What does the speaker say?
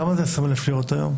כמה זה 20 אלף לירות היום?